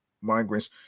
migrants